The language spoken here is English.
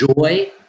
joy